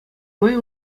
май